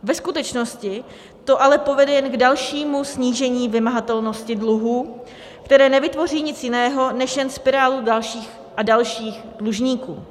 Ve skutečnosti to ale povede jen k dalšímu snížení vymahatelnosti dluhů, které nevytvoří nic jiného než jen spirálu dalších a dalších dlužníků.